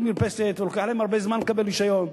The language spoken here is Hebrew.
מרפסת ולוקח להם הרבה זמן לקבל רשיון.